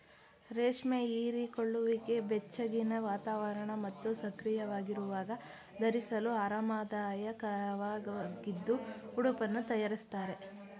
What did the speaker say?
ರೇಷ್ಮೆ ಹೀರಿಕೊಳ್ಳುವಿಕೆ ಬೆಚ್ಚಗಿನ ವಾತಾವರಣ ಮತ್ತು ಸಕ್ರಿಯವಾಗಿರುವಾಗ ಧರಿಸಲು ಆರಾಮದಾಯಕವಾಗಿದ್ದು ಉಡುಪನ್ನು ತಯಾರಿಸ್ತಾರೆ